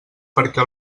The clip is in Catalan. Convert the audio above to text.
perquè